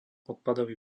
odpadový